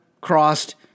crossed